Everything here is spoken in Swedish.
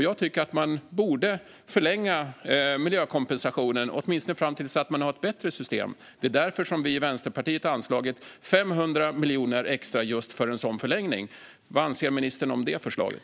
Jag tycker att man borde förlänga miljökompensationen, åtminstone fram till dess att man har ett bättre system. Det är därför vi i Vänsterpartiet har anslagit 500 miljoner extra för en sådan förlängning. Vad anser ministern om det förslaget?